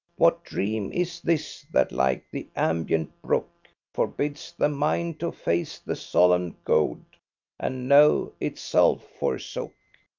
what dream is this that like the ambient brook forbids the mind to face the solemn goad and know itself forsook!